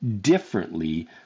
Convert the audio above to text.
differently